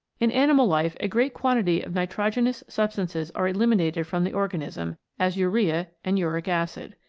in animal life a great quantity of nitrogenous sub stances are eliminated from the organism, as urea and uric acid.